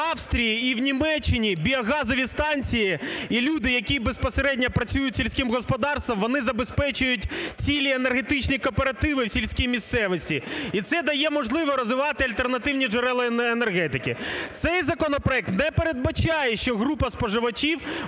В Австрії і в Німеччині біогазові станції і люди, які безпосередньо працюють в сільському господарстві, вони забезпечують цілі енергетичні кооперативи в сільській місцевості. І це дає можливість розвивати альтернативні джерела енергетики. Цей законопроект не передбачає, що група споживачів